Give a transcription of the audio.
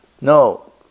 No